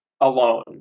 alone